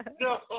No